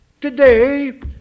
Today